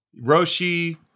Roshi